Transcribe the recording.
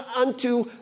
unto